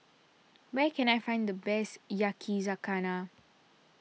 where can I find the best Yakizakana